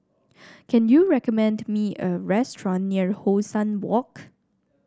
can you recommend me a restaurant near How Sun Walk